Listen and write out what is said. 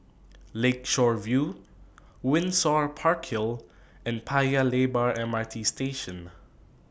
Lakeshore View Windsor Park Hill and Paya Lebar MRT Station